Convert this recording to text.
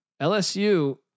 LSU